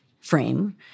frame